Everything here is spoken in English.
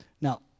Now